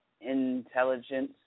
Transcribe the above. intelligence